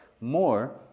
more